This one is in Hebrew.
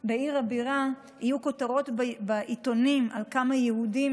בעיר הבירה יהיו כותרות בעיתונים על כמה יהודים